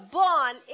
born